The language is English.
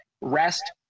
rest